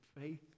faith